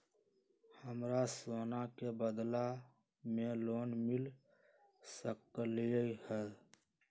हमरा सोना के बदला में लोन मिल सकलक ह?